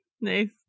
Nice